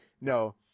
no